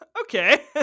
okay